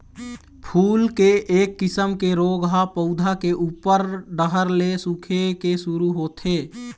फूल के एक किसम के रोग ह पउधा के उप्पर डहर ले सूखे के शुरू होथे